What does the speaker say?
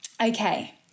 Okay